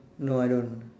no I don't